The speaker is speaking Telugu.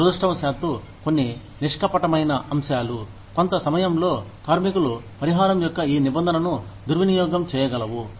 దురదృష్టవశాత్తు కొన్ని నిష్కపటమైన అంశాలు కొంత సమయంలో కార్మికులు పరిహారం యొక్క ఈ నిబంధనను దుర్వినియోగం చేయగలవు